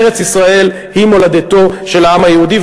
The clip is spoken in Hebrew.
ארץ-ישראל היא מולדתו של העם היהודי,